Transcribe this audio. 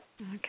Okay